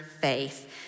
faith